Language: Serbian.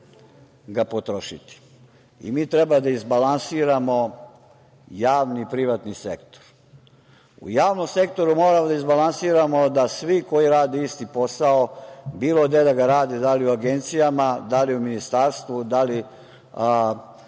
ga potrošiti. Mi treba da izbalansiramo javni privatni sektor.U javnom sektoru moramo da izbalansiramo da svi koji rade isti posao, bilo gde da ga rade, da li u agencijama, da li u ministarstvu, da li u